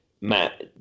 matt